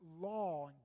law